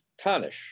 Tanish